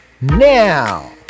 now